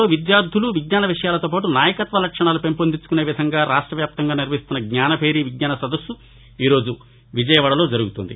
రాష్ట్రంలో విద్యార్దులు విజ్ఞాన విషయాలతో పాటు నాయకత్వ లక్షణాలు పెంపొందించుకునే విధంగా రాష్ట్ర వ్యాప్తంగా నిర్వహిస్తున్న జ్ఞానభేరి విజ్ఞాన సదస్సు ఈరోజు విజయవాడలో జరుగుతుంది